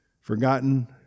forgotten